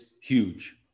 huge